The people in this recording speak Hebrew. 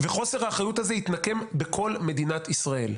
וחוסר האחריות הזה יתנקם בכל מדינת ישראל.